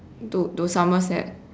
to to somerset